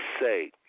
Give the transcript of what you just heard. say